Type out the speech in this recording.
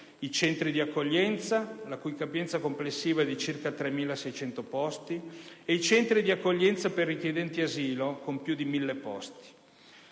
i centri di accoglienza, la cui capienza complessiva è di circa 3.600 posti, e i centri di accoglienza per i richiedenti asilo, con più di 1.000 posti.